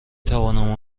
توانم